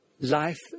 life